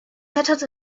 settled